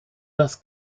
das